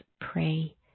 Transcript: pray